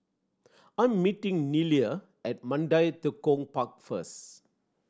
I'm meeting Nelia at Mandai Tekong Park first